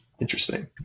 Interesting